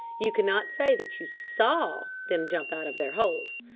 you could not say that you saw them jump out of their holes.